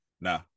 Nah